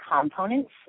components